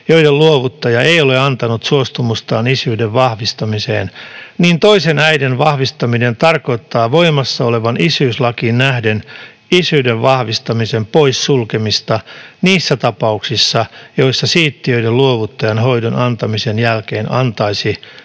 joiden luovuttaja ei ole antanut suostumustaan isyyden vahvistamiseen, niin toisen äidin vahvistaminen tarkoittaa voimassa olevaan isyyslakiin nähden isyyden vahvistamisen pois sulkemista niissä tapauksissa, joissa siittiöiden luovuttaja hoidon antamisen jälkeen antaisi